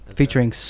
featuring